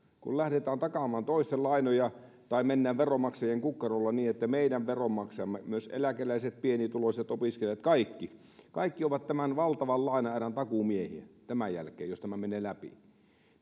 kun lähdetään takaamaan toisten lainoja tai mennään veronmaksajien kukkarolle niin että meidän veronmaksajamme myös eläkeläiset pienituloiset opiskelijat kaikki kaikki ovat tämän valtavan lainaerän takuumiehiä tämän jälkeen jos tämä menee läpi